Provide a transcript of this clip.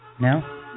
No